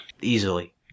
Easily